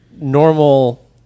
normal